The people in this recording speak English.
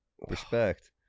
Respect